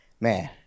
Man